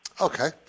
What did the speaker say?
Okay